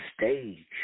stage